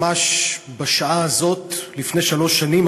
ממש בשעה הזאת לפני שלוש שנים,